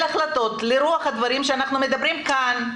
החלטות ברוח הדברים שאנחנו מדברים כאן.